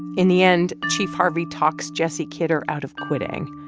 in the end, chief harvey talks jesse kidder out of quitting.